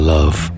Love